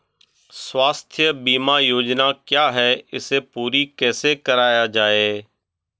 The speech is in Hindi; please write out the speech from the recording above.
स्वास्थ्य बीमा योजना क्या है इसे पूरी कैसे कराया जाए?